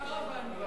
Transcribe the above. קרוונים.